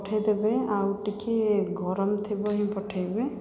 ପଠେଇଦେବେ ଆଉ ଟିକେ ଗରମ ଥିବ ହିଁ ପଠେଇବେ